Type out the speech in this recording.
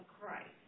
Christ